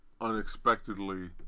unexpectedly